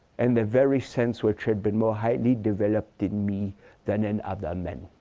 and the very sense which had been more highly developed in me than in other men?